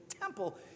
temple